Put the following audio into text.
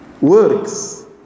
works